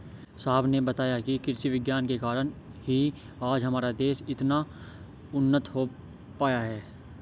साहब ने बताया कि कृषि विज्ञान के कारण ही आज हमारा देश इतना उन्नत हो पाया है